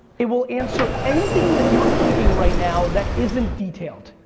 it will answer anything that you're thinking right now that isn't detailed.